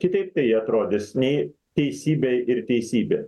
kitaip tai atrodys nei teisybė ir teisybė